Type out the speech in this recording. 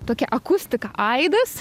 tokia akustika aidas